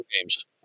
games